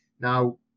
Now